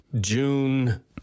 June